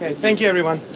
and thank you everyone.